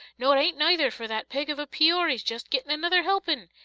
no, it ain't neither, for that pig of a peory's just gittin' another helpin'!